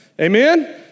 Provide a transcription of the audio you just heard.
Amen